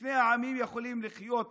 שני העמים יכולים לחיות פה.